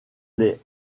les